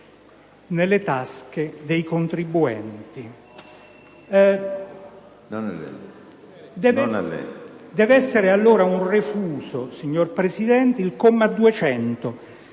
delle famiglie e dei contribuenti. Deve essere allora un refuso, signor Presidente, il comma 200